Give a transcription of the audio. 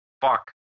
fuck